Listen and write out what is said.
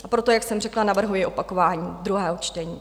A proto, jak jsem řekla, navrhuji opakování druhého čtení.